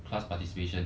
class participation